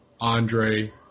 Andre